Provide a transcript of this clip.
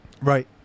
Right